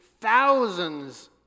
thousands